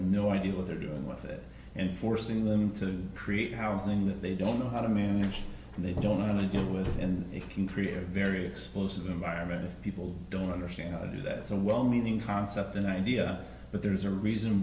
no idea what they're doing with it and forcing them to create housing that they don't know how to manage and they don't and they don't live and it can create a very explosive environment if people don't understand how to do that so well meaning concept and idea but there's a reason